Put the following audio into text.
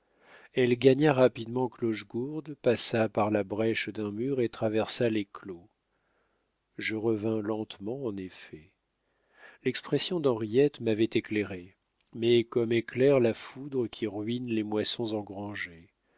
elle gagna rapidement clochegourde passa par la brèche d'un mur et traversa les clos je revins lentement en effet l'expression d'henriette m'avait éclairé mais comme éclaire la foudre qui ruine les moissons engrangées